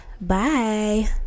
Bye